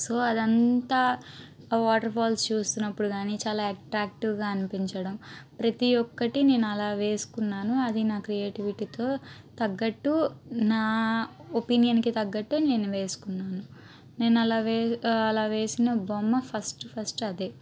so అదంతా waterfalls చూస్తున్నప్పుడు కానీ చాలా అట్రాక్టివ్గా అనిపించడం ప్రతి ఒక్కటి నేను అలా వేసుకున్నాను అది నా క్రియేటివిటీతో తగ్గట్టు నా ఒపీనియన్కి తగ్గట్టు నేను వేసుకున్నాను నేను అలా వే అలా వేసిన బొమ్మ ఫస్ట్ ఫస్ట్ అదే